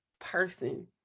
person